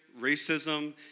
racism